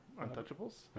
Untouchables